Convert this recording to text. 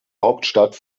hauptstadt